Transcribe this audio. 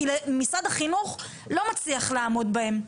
כי משרד החינוך לא מצליח לעמוד בהם.